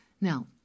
Now